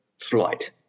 flight